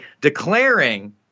declaring